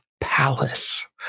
palace